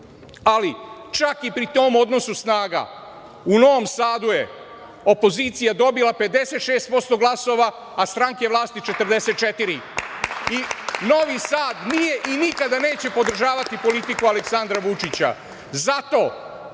Ali, čak i pri tom odnosu snaga u Novom Sadu je opozicija dobila 56% glasova, a stranke vlasti 44% i Novi Sad nije i nikada neće podržavati politiku Aleksandra Vučića.